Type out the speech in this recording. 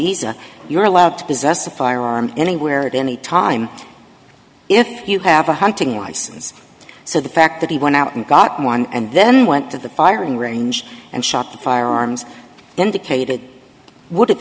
a you're allowed to possess a firearm anywhere at any time if you have a hunting license so the fact that he went out and got one and then went to the firing range and shot the firearms indicated would